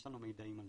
יש לנו מידעים על